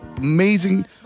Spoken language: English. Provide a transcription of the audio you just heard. amazing